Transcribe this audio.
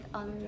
on